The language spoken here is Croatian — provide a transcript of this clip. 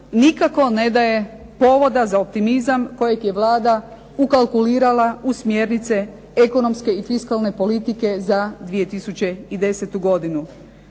nikako ne daje povoda za optimizam kojeg je Vlada ukalkulirala u smjernice ekonomske i fiskalne politike za 2010. godinu.